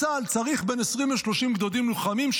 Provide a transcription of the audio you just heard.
צה"ל צריך בין 20 ל-30 גדודים לוחמים,